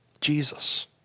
Jesus